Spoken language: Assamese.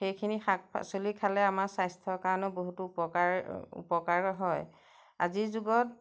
সেইখিনি শাক পাচলি খালে আমাৰ স্বাস্থ্যৰ কাৰণেও বহুতো উপকাৰ উপকাৰ হয় আজিৰ যুগত